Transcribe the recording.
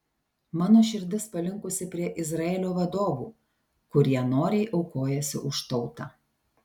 mano širdis palinkusi prie izraelio vadovų kurie noriai aukojasi už tautą